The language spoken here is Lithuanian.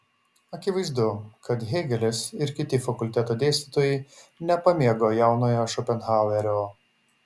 akivaizdu kad hėgelis ir kiti fakulteto dėstytojai nepamėgo jaunojo šopenhauerio